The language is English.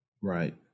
Right